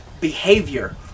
behavior